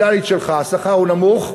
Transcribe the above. ההכנסה הנומינלית שלך, השכר הוא נמוך,